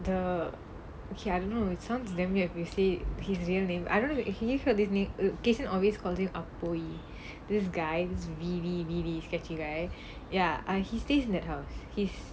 the okay I don't know it sounds damn weird when you say his real name I don't know have you heard of this name kayshen always calls him this guy this really really sketchy guy ya err he stays in that house he